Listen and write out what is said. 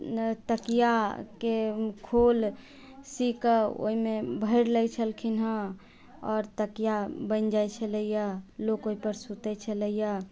तकियाके खोल सी कऽ ओहिमे भरि लै छलखिन हैं आओर तकिया बनि जाइ छलैया लोक ओहि पर सुतै छलैया